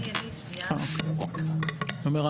אני אומר,